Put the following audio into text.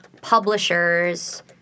publishers